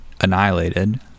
annihilated